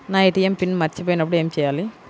నా ATM PIN మర్చిపోయినప్పుడు ఏమి చేయాలి?